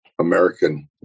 American